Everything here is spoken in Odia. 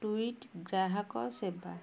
ଟୁଇଟ୍ ଗ୍ରାହକ ସେବା